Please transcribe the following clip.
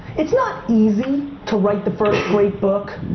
it's not easy to write the first great book.